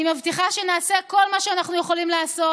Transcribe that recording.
אני מבטיחה שנעשה כל מה שאנחנו יכולים לעשות